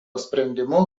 sprendimu